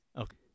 Okay